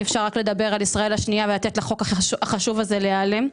אי-אפשר רק לדבר על ישראל השנייה ולתת לחוק החשוב הזה להיעלם.